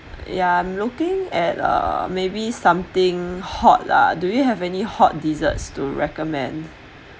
yeah I'm looking at uh maybe something hot lah do you have any hot desserts to recommend